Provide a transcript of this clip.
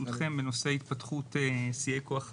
שקף בנושא התפתחות שיאי כוח אדם.